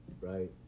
right